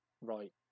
Right